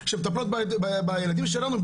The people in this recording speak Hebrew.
שמטפלות בילדים שלנו,